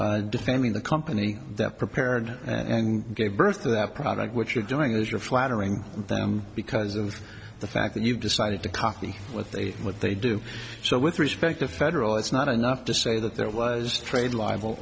product defending the company that prepared and gave birth to that product what you're doing is you're flattering them because of the fact that you've decided to copy what they what they do so with respect to federal it's not enough to say that there was trade libel